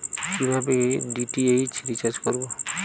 কিভাবে DTH recharge করব?